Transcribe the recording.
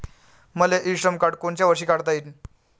मले e Shram card कोनच्या वर्षी काढता येईन?